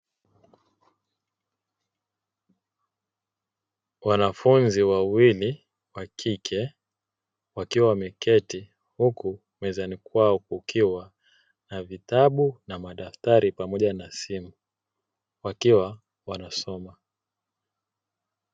Wanafunzi wawili wa kike wakiwa wameketi huku mezani kwao kukiwa na vitabu na madaftari pamoja na simu, wakiwa wanasoma,